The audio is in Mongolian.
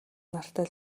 нартай